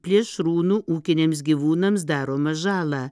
plėšrūnų ūkiniams gyvūnams daromą žalą